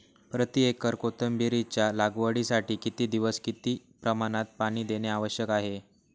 प्रति एकर कोथिंबिरीच्या लागवडीसाठी किती दिवस किती प्रमाणात पाणी देणे आवश्यक आहे?